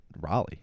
Raleigh